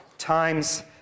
Times